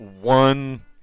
one